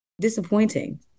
disappointing